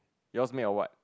yours made of what